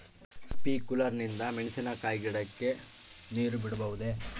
Sprinkler ನಿಂದ ಮೆಣಸಿನಕಾಯಿ ಗಿಡಕ್ಕೆ ನೇರು ಬಿಡಬಹುದೆ?